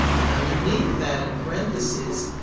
and underneath that in parenthesis,